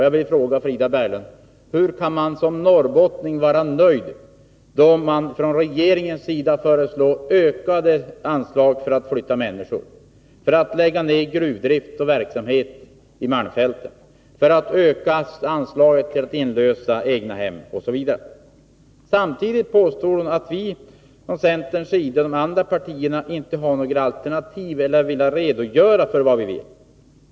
Jag vill fråga Frida Berglund: Hur kan man som norrbottning vara nöjd, då regeringen föreslår ökade anslag för att flytta människor, för att lägga ned gruvdrift och annan verksamhet i malmfälten och för inlösen av egnahem, osv. Samtidigt påstår Frida Berglund att centern och de andra partierna inte har några alternativ eller är ovilliga att redogöra för vad de vill.